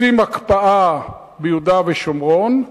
עושים הקפאה ביהודה ושומרון,